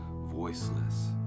voiceless